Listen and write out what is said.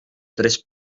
tres